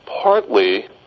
Partly